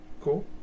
Cool